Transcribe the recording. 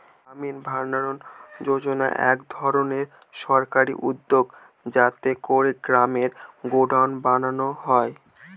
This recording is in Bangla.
গ্রামীণ ভাণ্ডারণ যোজনা এক ধরনের সরকারি উদ্যোগ যাতে করে গ্রামে গডাউন বানানো যায়